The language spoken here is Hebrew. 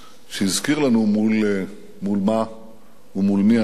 שהזכיר לנו מול מה ומול מי אנחנו עומדים.